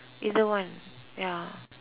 either one ya